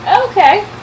Okay